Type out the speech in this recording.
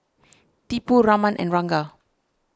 Tipu Raman and Ranga